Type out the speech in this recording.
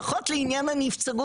הוראות פסקה זו אינן חלות על התרמה או